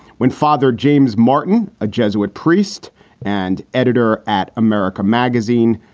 when father james martin, a jesuit priest and editor at america magazine,